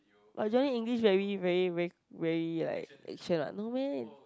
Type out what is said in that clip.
but Johnny-English very very very very like action what no meh